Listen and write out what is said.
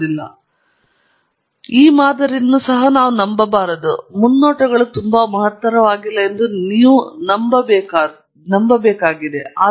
ಆದ್ದರಿಂದ ನಾವು ಮಾದರಿಯನ್ನು ಸಹ ನಂಬಬಾರದು ಮುನ್ನೋಟಗಳು ತುಂಬಾ ಮಹತ್ತರವಾಗಿಲ್ಲ ಎಂದು ನೀವು ನಂಬಬೇಕಾದರೂ ಸಹ